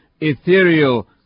ethereal